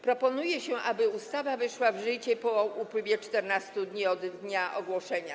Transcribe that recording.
Proponuje się, aby ustawa weszła w życie po upływie 14 dni od dnia ogłoszenia.